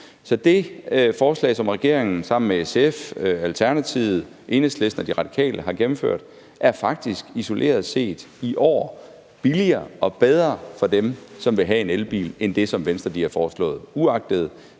Så det forslag, som regeringen sammen med SF, Alternativet, Enhedslisten og De Radikale har gennemført, er faktisk isoleret set i år billigere og bedre for dem, som vil have en elbil, end det, som Venstre har foreslået. Desuagtet